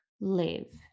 live